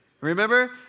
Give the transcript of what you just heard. Remember